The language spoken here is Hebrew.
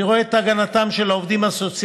אני רואה את הגנתם של העובדים הסוציאליים